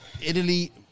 Italy